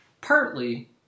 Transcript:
partly